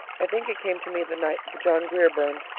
i think it came to me the night the john grier burned.